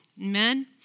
Amen